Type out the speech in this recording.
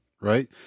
right